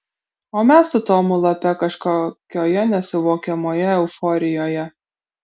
o mes su tomu lape kažkokioje nesuvokiamoje euforijoje